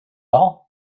all